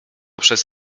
przez